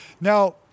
Now